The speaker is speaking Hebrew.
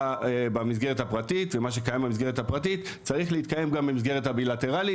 במסגרת הפרטית ומה שקיים במסגרת הפרטית צריך להתקיים גם במסגרת הבילטרלית